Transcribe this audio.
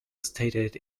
stated